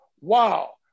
wow